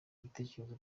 ibitekerezo